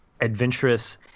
adventurous